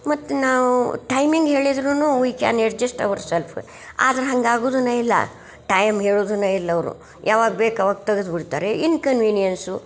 ಮತ್ತು ನಾವು ಟೈಮಿಂಗ್ ಹೇಳಿದ್ರೂ ವಿ ಕ್ಯಾನ್ ಎಡ್ಜೆಶ್ಟ್ ಅವರ್ಸೆಲ್ಫ್ ಆದ್ರೆ ಹಂಗಾಗೋದೂ ಇಲ್ಲ ಟೈಮ್ ಹೇಳುದುನೆ ಇಲ್ಲ ಅವರು ಯಾವಾಗ ಬೇಕು ಅವಾಗ ತೆಗೆದ್ಬಿಡ್ತಾರೆ ಇನ್ಕನ್ವೀನಿಯನ್ಸು